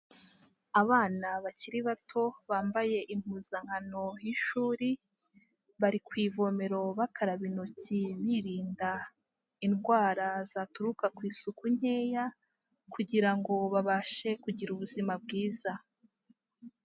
Abana bakiri bato bambaye impuzankano y'ishuri, bari ku ivomero bakaraba intoki birinda indwara zaturuka ku isuku nkeya, kugira ngo babashe kugira ubuzima bwiza.